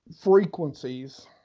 frequencies